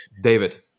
David